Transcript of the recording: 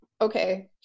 Okay